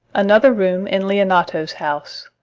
another room in leonato's house.